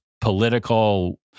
political